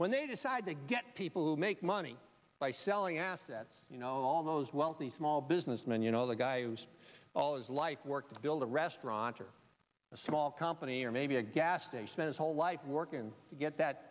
when they decide to get people who make money by selling assets you know all those wealthy small businessman you know the guy who's all his life work to build a restaurant or a small company or maybe a gas station is whole life working to get that